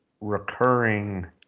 recurring